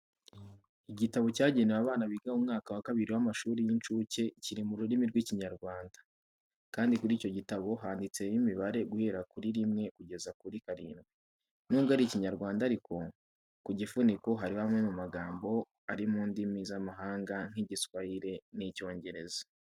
Igitabo cyagenewe abana biga mu mwaka wa kabiri w'amashuri y'incuke kiri mu rurimi rw'Ikinyarwanda, kandi kuri icyo gitabo handitseho imibare guhera kuri rimwe kugeza kuri karindwi. Nubwo ari Ikinyarwanda ariko, ku gifuniko hariho amwe mu magambo ari mu ndimi z'amahanga nk'Igiswayire n'Icyongereza.